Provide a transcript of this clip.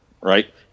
right